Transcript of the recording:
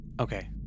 Okay